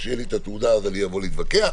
כשתהיה לי התעודה אני אבוא להתווכח,